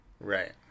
Right